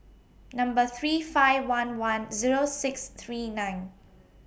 Number three five one one Zero six three nine